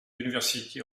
university